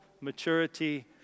maturity